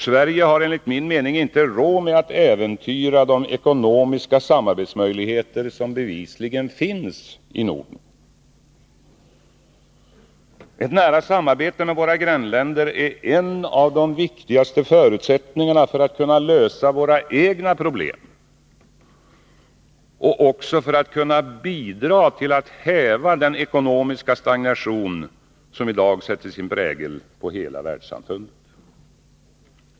Sverige har enligt min mening inte råd med att äventyra de ekonomiska samarbetsmöjligheter som bevisligen finns i Norden. Ett nära samarbete med våra grannländer är en av de viktigaste förutsättningarna för att kunna lösa våra egna problem och även för att kunna bidra till att häva den ekonomiska stagnation som i dag sätter sin prägel på hela världssamfundet.